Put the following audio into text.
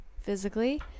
physically